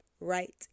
right